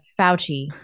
Fauci